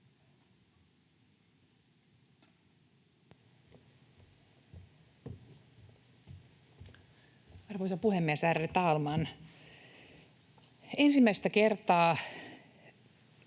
Arvoisa puhemies, ärade talman! Ensimmäistä kertaa